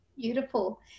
Beautiful